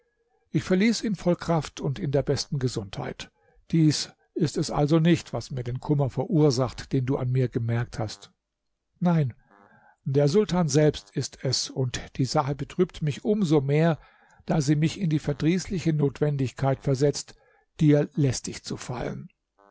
ich verließ ihn voll kraft und in der besten gesundheit dies ist es also nicht was mir den kummer verursacht den du an mir gemerkt hast nein der sultan selbst ist es und die sache betrübt mich um so mehr da sie mich in die verdrießliche notwendigkeit versetzt dir lästig zu fallen